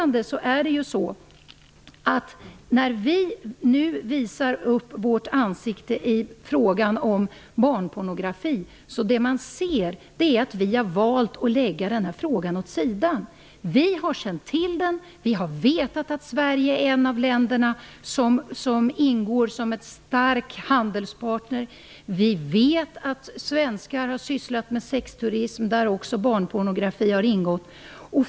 När vi nu visar upp vårt ansikte när det gäller frågan om barnpornografi, kan man se att vi har valt att lägga denna fråga åt sidan. Vi har vetat att Sverige är ett av de länder som ingår som en stark handelspartner. Vi vet att svenskar har sysslat med sexturism där också barnpornografi har ingått.